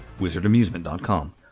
Wizardamusement.com